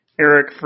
Eric